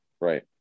Right